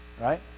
right